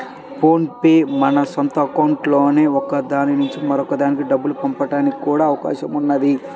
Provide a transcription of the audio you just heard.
phone pay లో మన సొంత అకౌంట్లలో ఒక దాని నుంచి మరొక దానికి డబ్బుల్ని పంపడానికి కూడా అవకాశం ఉన్నది